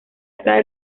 atrae